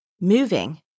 moving